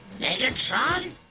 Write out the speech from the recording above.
Megatron